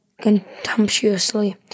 contemptuously